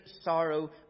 sorrow